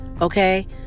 okay